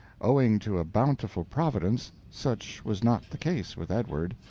owing to a bountiful providence, such was not the case with edward.